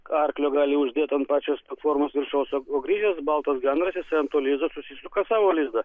arklio gali uždėt ant pačios platformos viršaus o o grįžęs baltas gandras jisai ant to lizdo susisuka savo lizdą